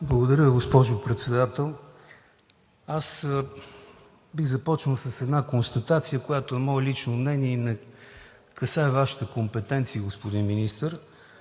Благодаря, госпожо Председател! Бих започнал с една констатация, която е мое лично мнение и не касае Вашата компетенция, господин Министър,